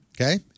Okay